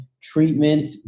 treatment